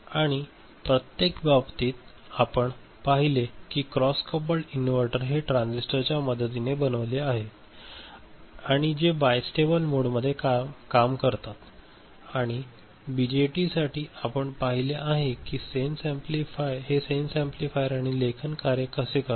आणि प्रत्येक बाबतीत आपण पहिले की क्रॉस कपल्ड इनव्हर्टर हे ट्रान्झिस्टरच्या मदतीने बनविलेले आहे आणि जे बाय स्टेबल मोडमध्ये काम करतात आणि बीजेटीसाठी आपण पाहिले आहे की हे सेन्स ऍम्प्लिफायर आणि लेखन कार्य कसे करतात